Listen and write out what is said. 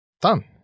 Done